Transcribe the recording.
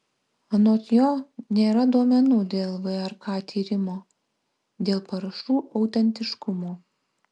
anot jo nėra duomenų dėl vrk tyrimo dėl parašų autentiškumo